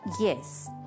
Yes